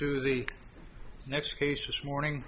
to the next case this morning